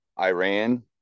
Iran